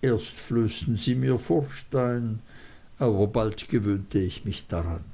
erst flößten sie mir furcht ein aber bald gewöhnte ich mich daran